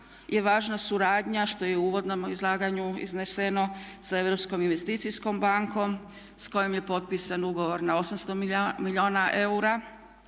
je važna suradnja što je i u uvodnom izlaganju izneseno sa Europskom investicijskom bankom sa kojom je potpisan ugovor na 800 milijuna eura